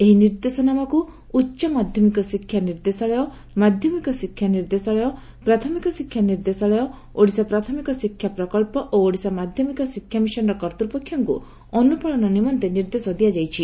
ଏହି ନିର୍ଦ୍ଦେଶନାମାକୁ ଉଚ୍ଚମାଧ୍ଧମିକ ଶିକ୍ଷା ନିର୍ଦ୍ଦେଶାଳୟ ମାଧ୍ଧମିକ ଶିକ୍ଷା ନିର୍ଦ୍ଦେଶାଳୟ ପ୍ରାଥମିକ ଶିକ୍ଷା ନିର୍ଦ୍ଦେଶାଳୟ ଓଡ଼ିଶା ପ୍ରାଥମିକ ଶିକ୍ଷା ପ୍ରକ ମିଶନର କର୍ତ୍ତୁପକ୍କୁ ଅନୁପାଳନ ନିମନ୍ତେ ନିର୍ଦ୍ଦେଶ ଦିଆଯାଇଛି